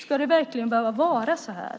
Ska det verkligen behöva vara så här?